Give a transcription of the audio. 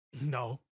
No